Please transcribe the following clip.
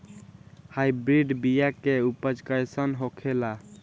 Hybrid बीया के उपज कैसन होखे ला?